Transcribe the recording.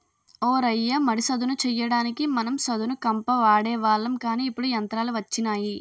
ఓ రయ్య మడి సదును చెయ్యడానికి మనం సదును కంప వాడేవాళ్ళం కానీ ఇప్పుడు యంత్రాలు వచ్చినాయి